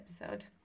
episode